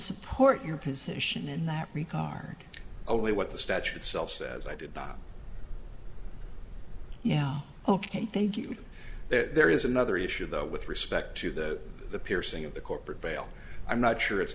support your position in that regard only what the statute itself says i did not yeah ok thank you that there is another issue though with respect to that the piercing of the corporate veil i'm not sure it's